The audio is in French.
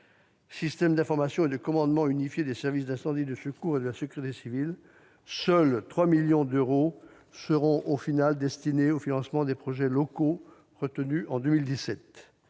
système d'information et de commandement unifié des services d'incendie et de secours et de la sécurité civile, seuls 3 millions d'euros seront au final destinés au financement des projets locaux retenus en 2017.